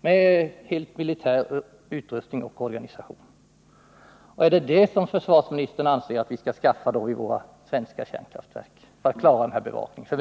med helt militär utrustning och organisation. Är det det försvarsministern anser att vi skall skaffa i våra svenska kärnkraftverk för att klara bevakningen?